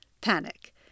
panic